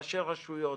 ראשי הרשויות,